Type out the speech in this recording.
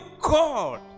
God